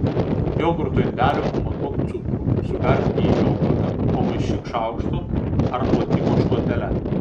jogurto indeliu pamatuok cukrų suberk jį į jogurtą pamaišyk šaukštu ar plakimo šluotele